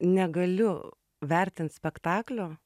negaliu vertint spektaklio